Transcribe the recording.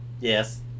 Yes